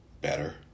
better